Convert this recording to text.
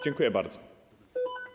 Dziękuję bardzo.